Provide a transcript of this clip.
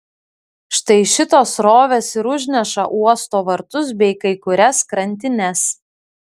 štai šitos srovės ir užneša uosto vartus bei kai kurias krantines